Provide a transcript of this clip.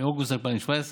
מאוגוסט 2017,